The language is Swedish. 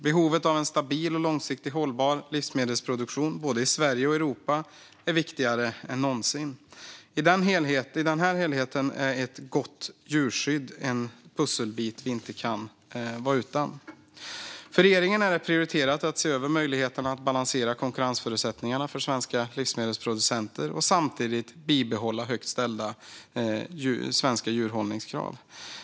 Behovet av en stabil och långsiktigt hållbar livsmedelsproduktion i både Sverige och Europa är större än någonsin. I den helheten är ett gott djurskydd en pusselbit vi inte kan vara utan. För regeringen är det prioriterat att se över möjligheten att balansera konkurrensförutsättningarna för svenska livsmedelsproducenter och samtidigt bibehålla högt ställda svenska djurhållningskrav.